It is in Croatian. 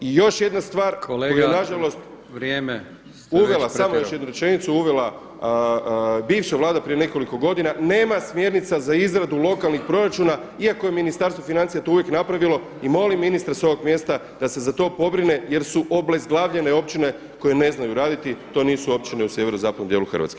I još jedna stvar koju nažalost [[Upadica Brkić: Kolega Vrijeme.]] samo još jednu rečenicu, uvela bivša Vlada prije nekoliko godina nema smjernica za izradu lokalnih proračuna iako je Ministarstvo financija to uvijek napravilo i molim ministra s ovog mjesta da se za to pobrine jer su obezglavljene općine koje ne znaju raditi, to nisu općine u sjeverozapadnoj Hrvatskoj.